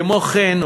כמו כן,